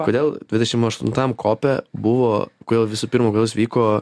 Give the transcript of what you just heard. kodėl dvidešim aštuntam kope buvo kodėl visų pirma kodėl jis vyko